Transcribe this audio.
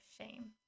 shame